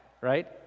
right